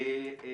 אוקיי.